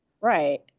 Right